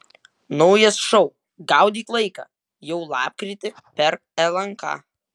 naujas šou gaudyk laiką jau lapkritį per lnk